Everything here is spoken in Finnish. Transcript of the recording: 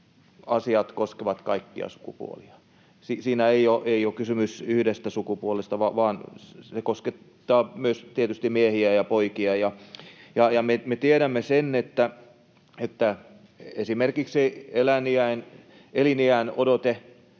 että tasa-arvoasiat koskevat kaikkia sukupuolia. Siinä ei ole kysymys yhdestä sukupuolesta, vaan ne koskettavat myös tietysti miehiä ja poikia. Me tiedämme, että esimerkiksi eliniänodote